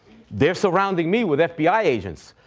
they're surrounding me with fbi agents.